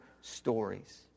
stories